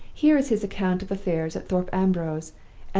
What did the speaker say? here is his account of affairs at thorpe ambrose,